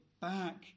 back